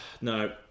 No